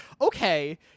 okay